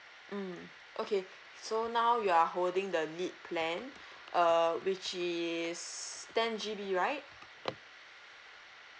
mm okay so now you are holding the lit plan uh which is ten G_B right